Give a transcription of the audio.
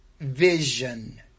Vision